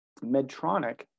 Medtronic